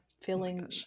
feeling